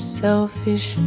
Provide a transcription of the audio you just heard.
selfish